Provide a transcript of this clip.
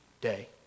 day